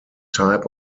type